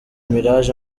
miraj